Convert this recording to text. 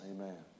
Amen